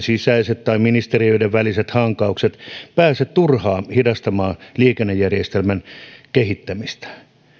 sisäiset tai ministeriöiden väliset hankaukset pääse turhaan hidastamaan liikennejärjestelmän kehittämistä